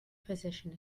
physician